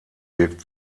wirkt